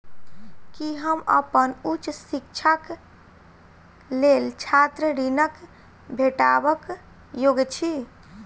की हम अप्पन उच्च शिक्षाक लेल छात्र ऋणक भेटबाक योग्य छी?